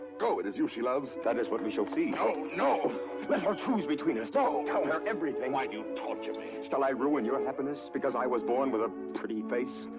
go, it is you she loves! that is what we shall see. no, no! let her choose between us! no! tell her everything! why do you torture me? shall i ruin your happiness, because i was born with a pretty face?